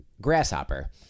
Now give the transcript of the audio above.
grasshopper